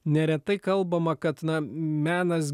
neretai kalbama kad na menas